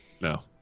no